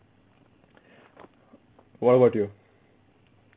what about you